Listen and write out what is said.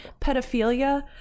pedophilia